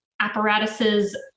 apparatuses